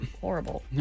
Horrible